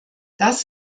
das